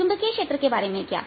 चुंबकीय क्षेत्र के बारे में क्या